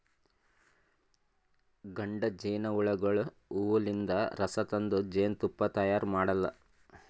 ಗಂಡ ಜೇನಹುಳಗೋಳು ಹೂವಲಿಂತ್ ರಸ ತಂದ್ ಜೇನ್ತುಪ್ಪಾ ತೈಯಾರ್ ಮಾಡಲ್ಲಾ